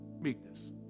Meekness